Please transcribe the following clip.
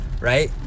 Right